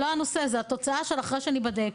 זאת התוצאה של אחרי שנבדוק.